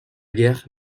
guerre